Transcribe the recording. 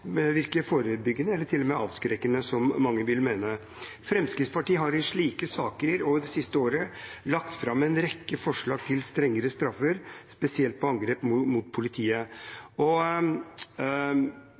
virke forebyggende, eller til og med avskrekkende, som mange vil mene. Fremskrittspartiet har i slike saker og i det siste året lagt fram en rekke forslag til strengere straffer, spesielt for angrep mot politiet.